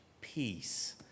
peace